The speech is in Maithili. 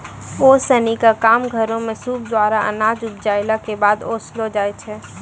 ओसौनी क काम घरो म सूप द्वारा अनाज उपजाइला कॅ बाद ओसैलो जाय छै?